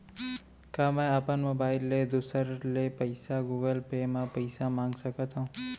का मैं अपन मोबाइल ले दूसर ले पइसा गूगल पे म पइसा मंगा सकथव?